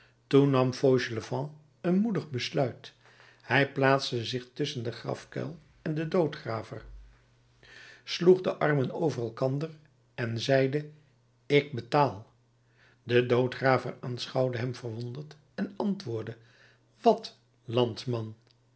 toen nam fauchelevent een moedig besluit hij plaatste zich tusschen den grafkuil en den doodgraver sloeg de armen over elkander en zeide ik betaal de doodgraver aanschouwde hem verwonderd en antwoordde wat landman